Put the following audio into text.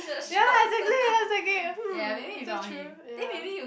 ya exactly exactly hum is that true ya